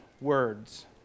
words